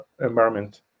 environment